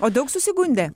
o daug susigundė